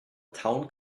town